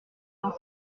dans